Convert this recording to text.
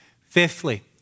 Fifthly